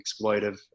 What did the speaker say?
exploitive